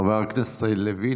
חבר הכנסת לוין,